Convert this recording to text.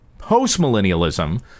Postmillennialism